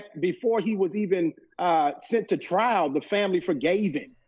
before he was even sent to trial the family forgave him,